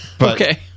Okay